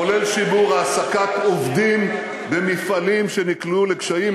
כולל שימור העסקת עובדים במפעלים שנקלעו לקשיים.